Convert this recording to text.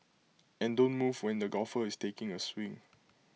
and don't move when the golfer is taking A swing